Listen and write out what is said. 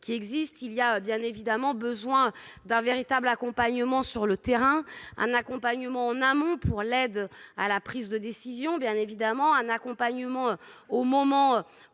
qui existe, il y a bien évidemment besoin d'un véritable accompagnement sur le terrain, un accompagnement en amont pour l'aide à la prise de décision bien évidemment un accompagnement au moment